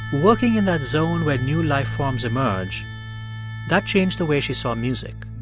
working in that zone where new life-forms emerge that changed the way she saw music